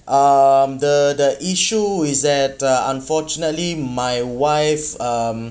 um the the issue is that uh unfortunately my wife um